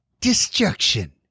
Destruction